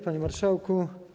Panie Marszałku!